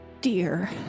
dear